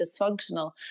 dysfunctional